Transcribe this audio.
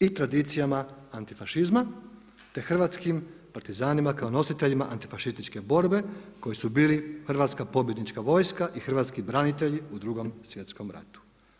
i tradicijama antifašizma te hrvatskim partizanima kao nositeljima antifašističke borbe koji su bili hrvatska pobjednička vojska i hrvatski branitelji u Drugom svjetskom ratu.